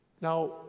Now